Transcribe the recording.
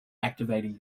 activating